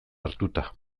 hartuta